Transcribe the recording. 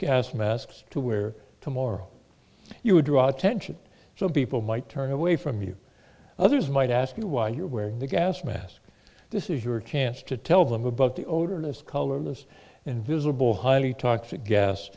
gas masks to wear to more you draw attention so people might turn away from you others might ask you why you're wearing the gas mask this is your chance to tell them about the odorless colorless invisible highly toxic gas